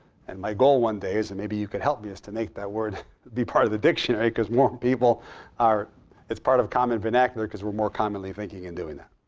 and my goal one day is, and maybe you can help me, is to make that word be part of the dictionary because more people are it's part of common vernacular because we're more commonly thinking and doing it.